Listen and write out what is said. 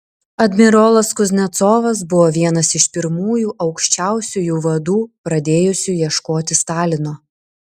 admirolas kuznecovas buvo vienas iš pirmųjų aukščiausiųjų vadų pradėjusių ieškoti stalino